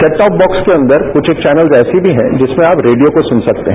set top box के अंदर क्छ एक चैनल ऐसे भी हैं जिसमें आप रेडियो को सुन सकते हैं